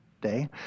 day